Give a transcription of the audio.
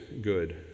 good